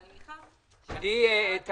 ואני מניחה ש --- אני לא מבקש את